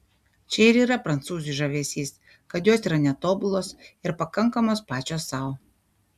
čia ir yra prancūzių žavesys kad jos yra netobulos ir pakankamos pačios sau